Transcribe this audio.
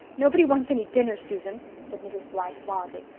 nobody wants any dinner, susan, said mrs. blythe wildly.